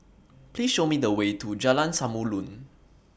Please Show Me The Way to Jalan Samulun